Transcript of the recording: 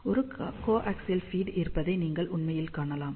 ஒரு coaxial feed இருப்பதை நீங்கள் உண்மையில் காணலாம்